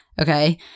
Okay